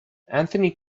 anthony